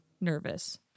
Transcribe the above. nervous